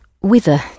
Whither